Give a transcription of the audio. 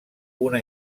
una